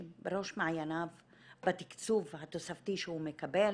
בראש מעייניו בתקצוב התוספתי שהוא מקבל,